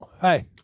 Hey